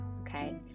Okay